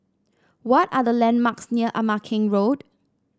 what are the landmarks near Ama Keng Road